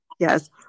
Yes